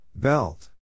Belt